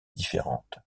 différentes